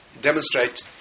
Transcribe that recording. demonstrate